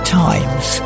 times